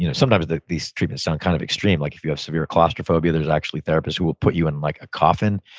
you know sometimes these treatments sound kind of extreme. like if you have severe claustrophobia, there's actually therapists who will put you in like a coffin.